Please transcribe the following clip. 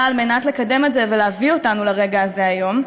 על מנת לקדם את זה ולהביא אותנו לרגע הזה היום,